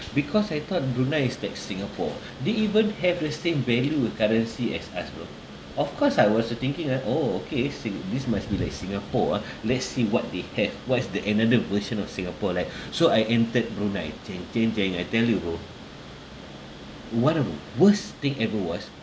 because I thought brunei is like singapore they even have the same value of currency as us bro of course I was to thinking ah orh okay sing~ this must be like singapore ah let's see what they have what is the another version of singapore like so I entered brunei ching ching ching I tell you bro one of the worst thing ever was